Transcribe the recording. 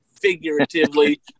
figuratively